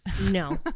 no